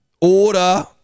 order